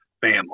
family